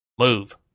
move